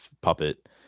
puppet